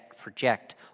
project